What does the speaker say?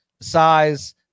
size